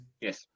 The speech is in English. Yes